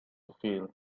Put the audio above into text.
feel